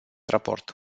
raport